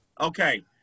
Okay